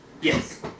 Yes